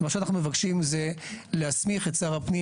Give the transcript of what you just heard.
מה שאנחנו מבקשים זה להסמיך את שר הפנים